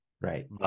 Right